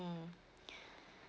mm